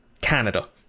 Canada